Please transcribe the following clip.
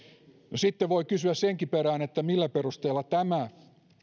sitten voi kysyä senkin perään millä perusteella tämä